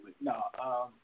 No